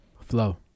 Flow